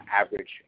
average